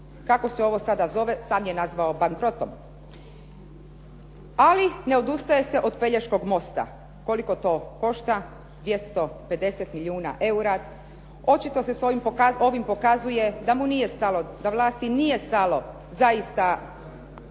Kako se ovo sada zove, sam je nazvao bankrotom. Ali ne odustaje se od Pelješkog mosta. Koliko to košta? 250 milijuna eura. Očito se ovim pokazuje da mu nije stalo do vlasti, nije stalo do